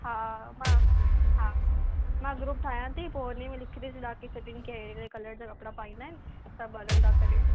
हा मां हा मां ग्रूप ठाहियां थी पोइ उन में लिखी थी छॾां सभिनि खे हहिड़े कलर जा कपिड़ा पाइणा इन सभु हलंदा करे